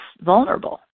vulnerable